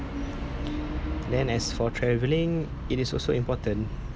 then as for travelling it is also important